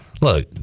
Look